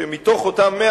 ומתוך אותם 100,